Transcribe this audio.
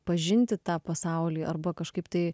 pažinti tą pasaulį arba kažkaip tai